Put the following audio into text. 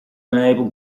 enable